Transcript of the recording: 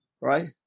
right